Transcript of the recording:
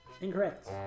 Incorrect